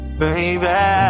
Baby